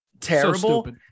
terrible